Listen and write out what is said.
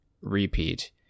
repeat